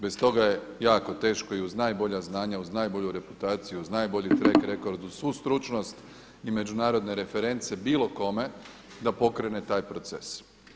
Bez toga je jako teško i uz najbolja znanja, uz najbolju reputaciju, uz najbolji trek rekord, uz svu stručnost i međunarodne reference bilo kome da pokrene taj proces.